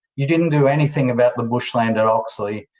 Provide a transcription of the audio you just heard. you didn't do anything about the bushland at oxley.